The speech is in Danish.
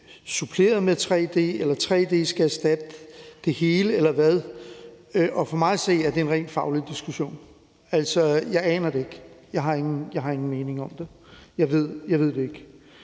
suppleret med tre-d er nok, eller om tre-d skal erstatte det hele. For mig at se er det en rent faglig diskussion. Jeg aner det ikke. Jeg har ingen mening om det. Jeg ved det.